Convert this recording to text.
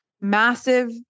massive